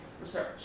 research